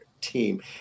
team